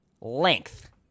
length